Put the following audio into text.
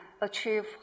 achieve